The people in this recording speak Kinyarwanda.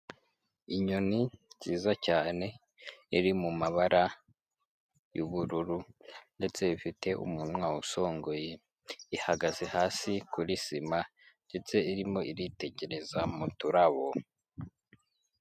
Inyoni nziza cyane, iri mu mabara y'ubururu ndetse ifite umunwa usongoye, ihagaze hasi kuri sima ndetse irimo iritegereza mu turabo.